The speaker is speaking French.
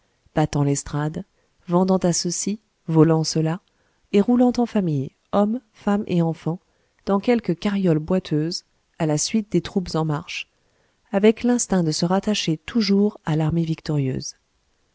battant l'estrade vendant à ceux-ci volant ceux-là et roulant en famille homme femme et enfants dans quelque carriole boiteuse à la suite des troupes en marche avec l'instinct de se rattacher toujours à l'armée victorieuse